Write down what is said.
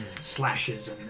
slashes